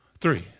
three